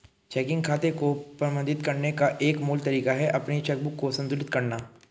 checking खाते को प्रबंधित करने का एक मूल तरीका है अपनी चेकबुक को संतुलित करना